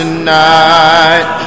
tonight